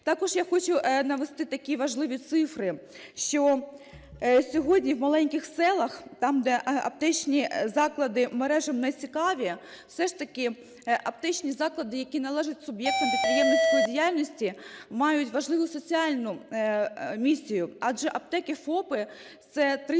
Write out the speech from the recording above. Також я хочу навести такі важливі цифри, що сьогодні в маленьких селах, там, де аптечні заклади мережам нецікаві, все ж таки аптечні заклади, які належать суб'єктам підприємницької діяльності, мають важливу соціальну місію, адже аптеки-ФОПи – це